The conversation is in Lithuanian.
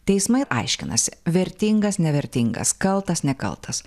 teismai aiškinasi vertingas nevertingas kaltas nekaltas